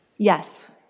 Yes